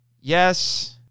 yes